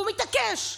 והוא מתעקש,